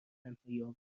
تنهاییآور